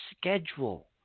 schedule